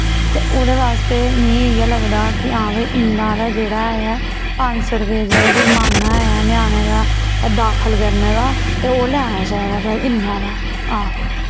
ते ओह्दे वास्ते मीं इयै लगदा कि हां भाई इन्ना हारा जेह्ड़ा ऐ पंज सौ रपेआ जेह्ड़ा जरमाना ऐ ञ्यानें दा दाखल करने दा ते ओह् लैना चाही दा भाई इन्ना हारा हां